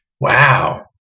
Wow